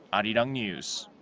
arirang news.